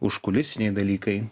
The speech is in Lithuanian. užkulisiniai dalykai